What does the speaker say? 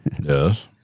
Yes